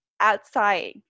outside